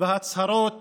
וההצהרות